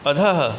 अधः